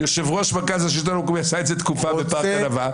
יושב-ראש מרכז השלטון המקומי עשה את זה תקופה בפארק ענבה,